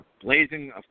blazing